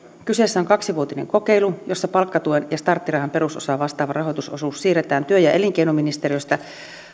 kyseessä on kaksivuotinen kokeilu jossa palkkatuen ja starttirahan perusosaa vastaava rahoitusosuus siirretään työ ja elinkeinoministeriöstä